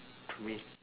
to me